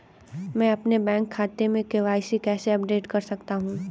मैं अपने बैंक खाते में के.वाई.सी कैसे अपडेट कर सकता हूँ?